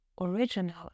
original